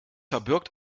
verbirgt